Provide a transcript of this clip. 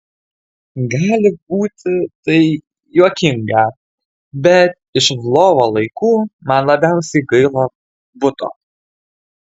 gali būti tai juokinga bet iš lvovo laikų man labiausiai gaila buto